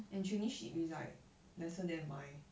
and traineeship is like lesser than my